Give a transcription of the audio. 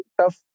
tough